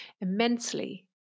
immensely